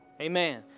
Amen